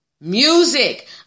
music